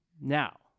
now